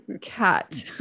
cat